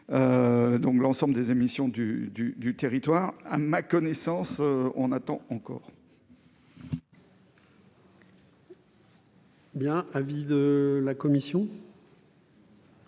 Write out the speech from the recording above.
sur l'ensemble des émissions du territoire. À ma connaissance, on attend encore ... Quel est l'avis de la commission